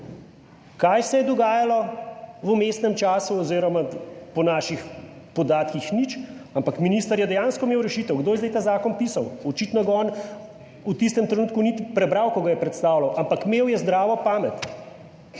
(nadaljevanje) v vmesnem času oziroma po naših podatkih nič, ampak minister je dejansko imel rešitev. Kdo je zdaj ta zakon pisal? Očitno ga on v tistem trenutku ni prebral, ko ga je predstavljal, ampak imel je zdravo pamet.